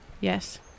Yes